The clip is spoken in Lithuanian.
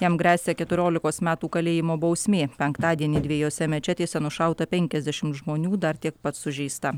jam gresia keturiolikos metų kalėjimo bausmė penktadienį dviejose mečetėse nušauta penkiasdešimt žmonių dar tiek pat sužeista